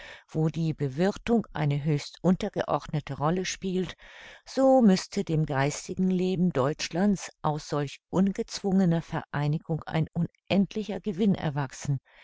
wo die bewirthung eine höchst untergeordnete rolle spielt so müßte dem geistigen leben deutschland's aus solch ungezwungner vereinigung ein unendlicher gewinn erwachsen